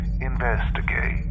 investigate